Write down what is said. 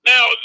Now